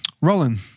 Roland